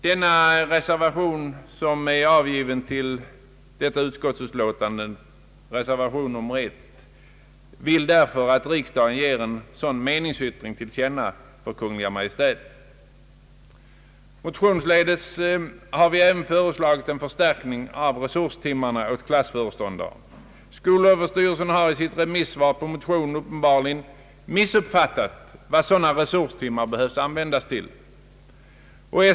I reservationen 1 a till detta utskottsutlåtande föreslås därför att riksdagen ger en sådan meningsyttring till känna för Kungl. Maj:t. Motionsledes har vi även föreslagit en förstärkning av resurstimmar åt klassföreståndare. Skolöverstyrelsen har i sitt remissvar på motionen uppenbarligen missuppfattat vad sådana resurstimmar behöver användas till.